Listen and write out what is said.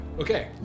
Okay